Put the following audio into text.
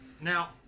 now